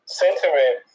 sentiment